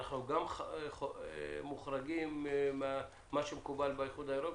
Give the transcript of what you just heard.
אנחנו גם מוחרגים ממה שמקובל באיחוד האירופי?